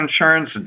insurance